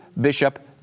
Bishop